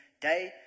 day